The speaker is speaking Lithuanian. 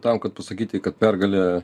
tam kad pasakyti kad pergalė